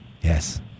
Yes